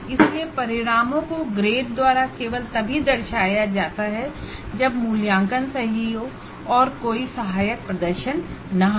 इसलिए आउटकम को ग्रेड द्वारा केवल तभी दर्शाया जाता है जब असेसमेंट सही हो असिस्टेड परफॉर्मेंस न हो